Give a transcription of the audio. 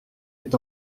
est